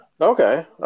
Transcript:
Okay